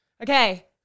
Okay